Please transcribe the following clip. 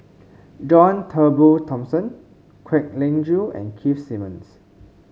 John Turnbull Thomson Kwek Leng Joo and Keith Simmons